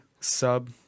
Sub